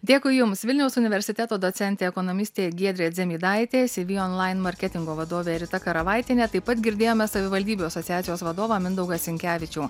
dėkui jums vilniaus universiteto docentė ekonomistė giedrė dzemydaitė cv onlain marketingo vadovė rita karavaitienė taip pat girdėjome savivaldybių asociacijos vadovą mindaugą sinkevičių